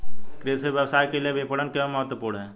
कृषि व्यवसाय के लिए विपणन क्यों महत्वपूर्ण है?